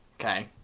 Okay